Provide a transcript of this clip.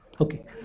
Okay